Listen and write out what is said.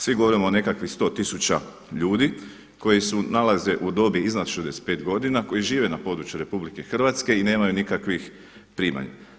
Svi govorimo o nekakvih 100 tisuća ljudi koji se nalaze u dobi od 65 godina koji žive na području RH i nemaju nikakvih primanja.